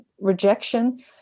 rejection